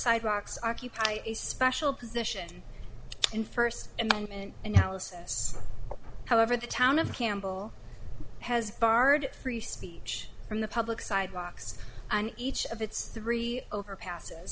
sidewalks occupy a special position in first and analysis however the town of campbell has barred free speech from the public sidewalks and each of its three overpasses